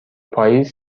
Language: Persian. پاییز